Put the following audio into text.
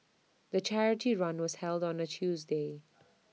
the charity run was held on A Tuesday